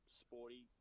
sporty